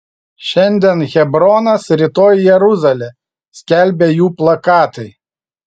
šiandien hebronas rytoj jeruzalė skelbė jų plakatai